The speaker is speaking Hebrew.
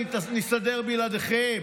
נסתדר בלעדיכם.